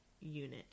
unit